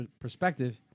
perspective